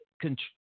control